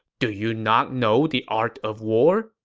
do you not know the art of war?